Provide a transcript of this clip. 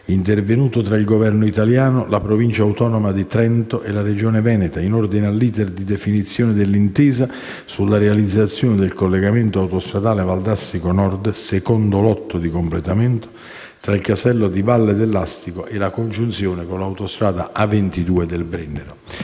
intervenuto tra il Governo italiano e la Provincia autonoma di Trento e la Regione Veneto in ordine all'*iter* di definizione dell'intesa sulla realizzazione del collegamento autostradale Valdastico Nord, secondo lotto di completamento, tra il casello di Valle dell'Astico e la congiunzione con l'autostrada A22 del Brennero.